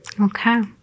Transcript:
Okay